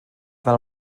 fel